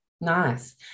Nice